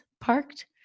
parked